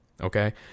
okay